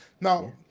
Now